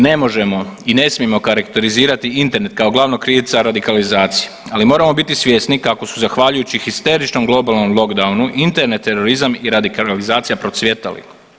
Ne možemo i ne smijemo karakterizirati Internet kao glavnog krivca radikalizacije, ali moramo biti svjesni kako su zahvaljujući histeričnom lokalnom lockdownu Internet terorizam i radikalizacija procvjetali.